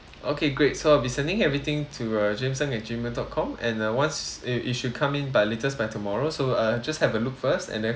okay great so I'll be sending everything to uh james ng at gmail dot com and uh once you you should come in by latest by tomorrow so uh just have a look first and then